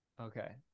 Okay